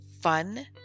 fun